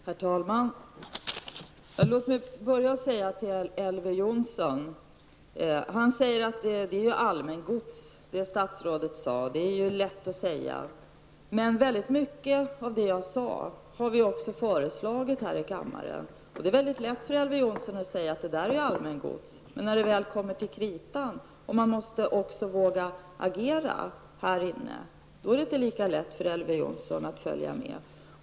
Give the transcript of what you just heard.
Herr talman! Jag vill börja med att vända mig till Elver Jonsson. Han sade: Det statsrådet säger är allmängods. Det är ju lätt att säga, men väldigt mycket av det jag sade har vi också föreslagit här i kammaren. Det är mycket lätt för Elver Jonsson att säga att det är allmängods, men när det väl kommer till kritan och man också måste våga agera här inne i kammaren, då är det inte lika lätt för Elver Jonsson att följa med.